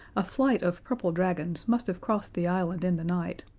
a flight of purple dragons must have crossed the island in the night,